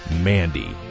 Mandy